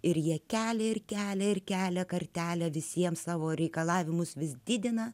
ir jie kelia ir kelia ir kelia kartelę visiems savo reikalavimus vis didina